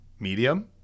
medium